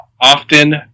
often